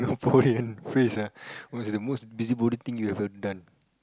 Singaporean phrase ah what's the most busybody thing you ever done